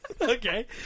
Okay